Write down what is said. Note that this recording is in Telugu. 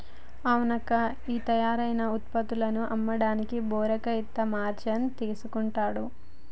అవునక్కా ఈ తయారైన ఉత్పత్తులను అమ్మడానికి బోకరు ఇంత మార్జిన్ తీసుకుంటాడు